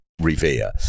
revere